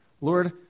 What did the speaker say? Lord